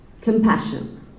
compassion